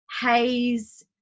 haze